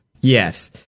yes